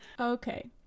Okay